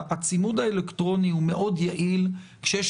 הצימוד האלקטרוני הוא מאוד יעיל כשיש